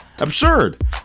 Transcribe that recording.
absurd